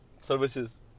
services